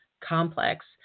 complex